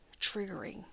triggering